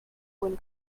when